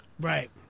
Right